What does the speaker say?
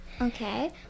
okay